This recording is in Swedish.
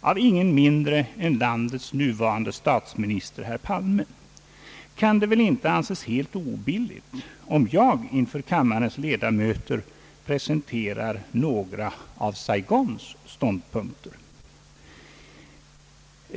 av ingen mindre än vårt lands nuvarande statsminister, herr Palme, kan det väl inte anses helt obilligt, om jag inför kammarens ledamöter presenterar några av Saigons ståndpunkter.